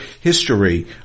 history